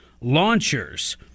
launchers